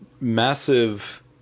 massive